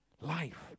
life